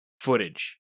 footage